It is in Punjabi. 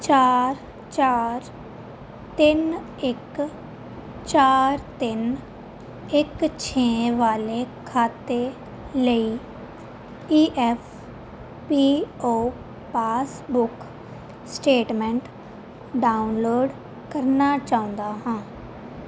ਚਾਰ ਚਾਰ ਤਿੰਨ ਇੱਕ ਚਾਰ ਤਿੰਨ ਇੱਕ ਛੇ ਵਾਲੇ ਖਾਤੇ ਲਈ E F P O passbook statement download ਕਰਨਾ ਚਾਹੁੰਦਾ ਹਾਂ